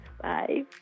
Bye